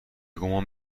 گمان